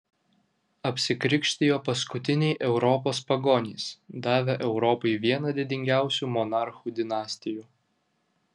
apsikrikštijo paskutiniai europos pagonys davę europai vieną didingiausių monarchų dinastijų